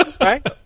Right